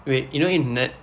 wait you know in ne~